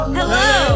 Hello